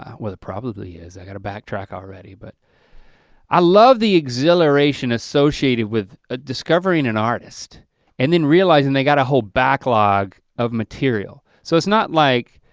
um probably is, i gotta back track already but i love the exhilaration associated with ah discovering an artist and then realizing they got a whole back log of material. so it's not like